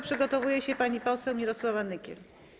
Przygotowuje się pani poseł Mirosława Nykiel.